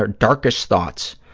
darkest thoughts.